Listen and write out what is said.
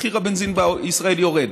מחיר הבנזין בישראל יורד,